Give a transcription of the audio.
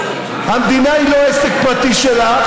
אבל עצם העובדה שיש לכם שלוש דקות,